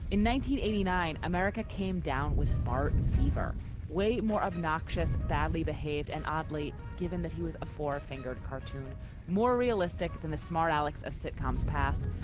and eighty nine america came down with bar fever way more obnoxious badly behaved and oddly given that he was a four fingered cartoon more realistic than a smart alex of sitcoms past.